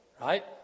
Right